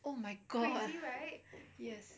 oh my god yes